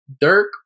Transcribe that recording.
Dirk